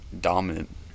dominant